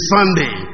Sunday